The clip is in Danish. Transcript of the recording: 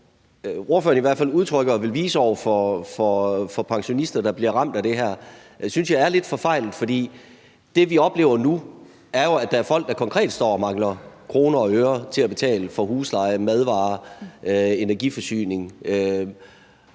hvert fald udtrykker at man vil vise over for pensionister, der bliver ramt af det her, er lidt forfejlet, for det, vi oplever nu, er, at der er folk, der konkret står og mangler kroner og øre til at betale for husleje, madvarer og energiforsyning,